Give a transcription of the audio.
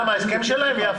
יפה, נחתם ההסכם שלהם?